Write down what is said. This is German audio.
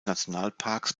nationalparks